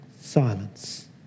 silence